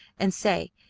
and say,